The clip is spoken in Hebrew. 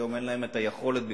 היום אין להם היכולת בכלל,